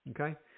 Okay